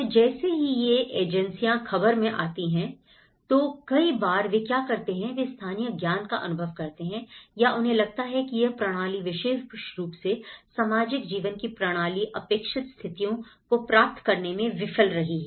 तो जैसे ही ये एजेंसियां खबर में आती हैं तो कई बार वे क्या करते हैं वे स्थानीय ज्ञान का अनुभव करते हैं या उन्हें लगता है कि यह प्रणाली विशेष रूप से सामाजिक जीवन की प्रणाली अपेक्षित स्थितियों को प्राप्त करने में विफल रही है